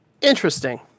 Interesting